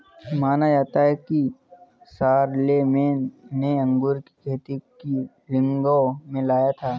माना जाता है कि शारलेमेन ने अंगूर की खेती को रिंगौ में लाया था